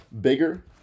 bigger